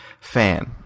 fan